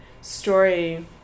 story